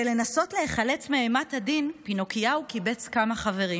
כדי לנסות להיחלץ מאימת הדין פינוקיהו קיבץ כמה חברים: